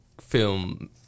film